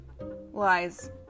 Lies